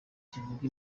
kivuga